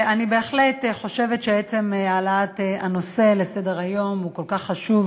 אני בהחלט חושבת שעצם העלאת הנושא לסדר-היום הוא כל כך חשוב,